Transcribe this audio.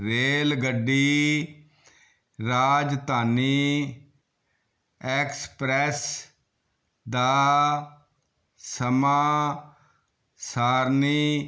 ਰੇਲਗੱਡੀ ਰਾਜਧਾਨੀ ਐਕਸਪ੍ਰੈੱਸ ਦਾ ਸਮਾਂ ਸਾਰਨੀ